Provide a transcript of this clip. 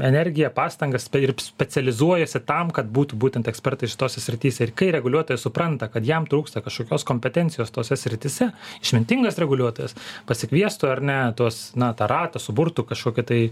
energiją pastangas ir specializuojasi tam kad būtų būtent ekspertai šitose srityse ir kai reguliuotojas supranta kad jam trūksta kažkokios kompetencijos tose srityse išmintingas reguliuotojas pasikviestų ar ne tuos na tą ratą suburtų kažkokių tai